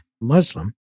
Muslim